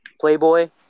Playboy